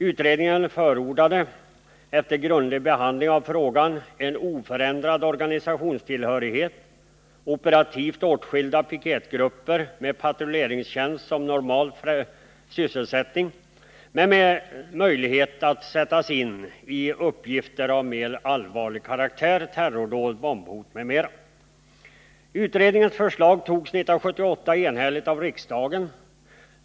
Utredningen förordade efter grundlig behandling av frågan en oförändrad organisationstillhörighet, operativt åtskilda piketgrupper med patrulleringstjänst som normal sysselsättning men med möjlighet att sättas in i uppgifter av mer allvarlig karaktär: terrordåd, bombhot m.m. Utredningens förslag antogs 1978 enhälligt av riksdagen.